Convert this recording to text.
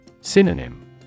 Synonym